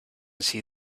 see